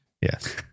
Yes